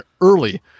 early